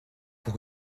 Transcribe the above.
pour